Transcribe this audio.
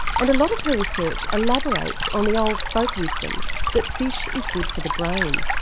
and a lot of her research elaborates on the old folk wisdom that fish is good for the brain.